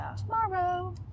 tomorrow